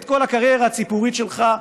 את כל הקריירה הציבורית שלך,